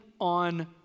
on